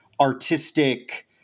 artistic